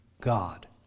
God